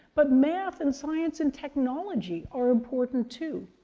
but math, and science, and technology are important, too.